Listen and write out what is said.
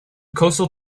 coastal